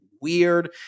weird